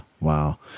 Wow